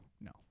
no